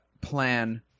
plan